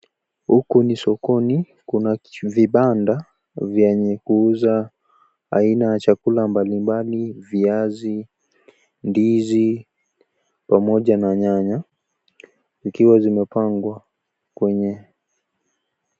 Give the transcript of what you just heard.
Huku ni sokoni, kuna vibanda vyenye kuuza aina ya chakula mbalimbali, viazi, ndizi, pamoja na nyanya. Ikiwa zimepangwa kwenye.